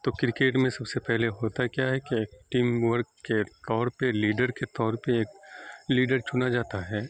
تو کرکٹ میں سب سے پہلے ہوتا کیا ہے کہ ٹیم ورک کے کور پہ لیڈر کے طور پہ ایک لیڈر چنا جاتا ہے